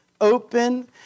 open